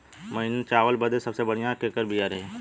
महीन चावल बदे सबसे बढ़िया केकर बिया रही?